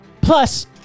plus